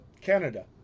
Canada